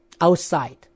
outside